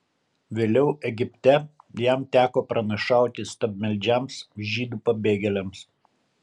vėliau egipte jam teko pranašauti stabmeldžiams žydų pabėgėliams